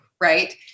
right